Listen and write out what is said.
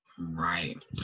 Right